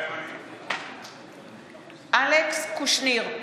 מתחייב אני אלכס קושניר,